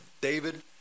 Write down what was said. David